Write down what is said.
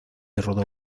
rodó